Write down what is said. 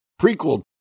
prequel